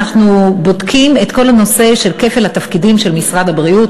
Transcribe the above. אנחנו בודקים את כל הנושא של כפל התפקידים של משרד הבריאות.